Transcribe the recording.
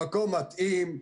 המקום מתאים,